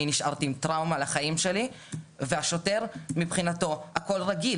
אני נשארתי עם טראומה לחיים שלי ומבחינת השוטר הכול רגיל.